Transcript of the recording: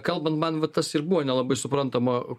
kalbant man va tas ir buvo nelabai suprantama